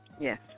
yes